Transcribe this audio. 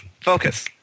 focus